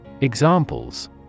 Examples